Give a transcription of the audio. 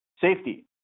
safety